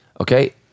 Okay